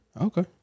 okay